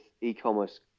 e-commerce